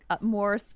more